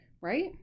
Right